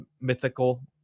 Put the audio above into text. mythical